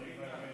ביטן.